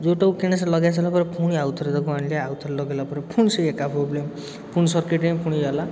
ଯୋଉଟାକୁ କିଣି ଲଗେଇସାରିଲା ପରେ ପୁଣି ଆଉ ଥରେ ତାକୁ ଆଣିଲି ଆଉ ଥରେ ଲଗେଇଲାପରେ ଫୁଣି ସେଇ ଏକା ପ୍ରୋବ୍ଲେମ୍ ପୁଣି ସର୍କିଟ ହେଇ ପୁଣି ଇଏ ହେଲା